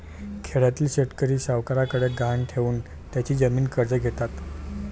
खेड्यातील शेतकरी सावकारांकडे गहाण ठेवून त्यांची जमीन कर्ज घेतात